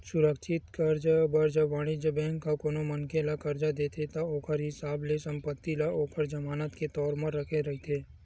सुरक्छित करज, जब वाणिज्य बेंक ह कोनो मनखे ल करज देथे ता ओखर हिसाब ले संपत्ति ल ओखर जमानत के तौर म रखे रहिथे